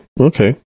Okay